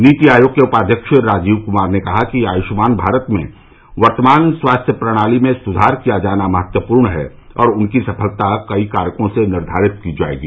नीति आयोग के उपाध्यक्ष राजीव क्मार ने कहा कि आयुष्मान भारत में वर्तमान स्वास्थ्य प्रणाली में स्वार किया जाना महत्वपूर्ण हैं और उनकी सफलता कई कारकों से निर्धारित की जाएगी